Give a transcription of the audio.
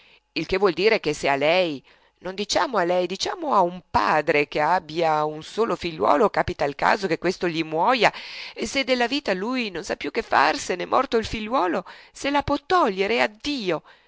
il che vuol dire che se a lei non diciamo a lei a un padre che abbia un solo figliuolo capita il caso che questo gli muoja se della vita lui non sa più che farsene morto il figliuolo se la può togliere e addio